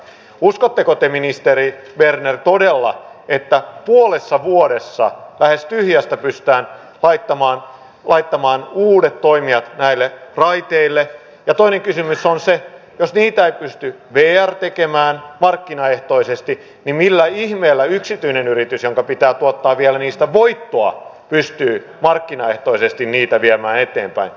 uskotteko te ministeri berner todella että puolessa vuodessa lähes tyhjästä pystytään laittamaan laittamaan uudet toimijat näille raiteille ja toinen kysymys on se jos niitä pystyy bear tekemään markkinaehtoisesti millä ihmeellä yksityinen yritys joka pitää ottaa vielä niistä muikkua pystyi markkinaehtoisesti niitä viemään eteenpäin